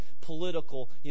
political